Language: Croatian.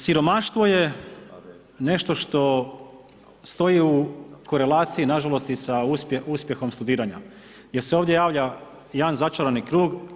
Siromaštvo je nešto što stoji u korelaciji na žalost i sa uspjehom studiranja jer se ovdje javlja jedan začarani krug.